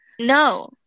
No